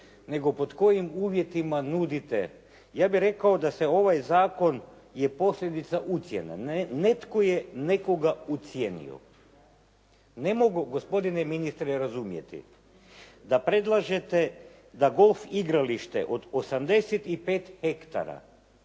nego pod kojim uvjetima nudite. Ja bih rekao da se ovaj zakon je posljedica ucjene. Netko je nekoga ucijenio. Ne mogu gospodine ministre razumjeti da predlažete da golf igralište od 85 hektara